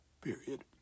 period